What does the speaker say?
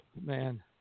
man